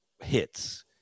hits